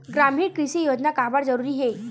ग्रामीण कृषि योजना काबर जरूरी हे?